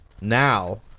now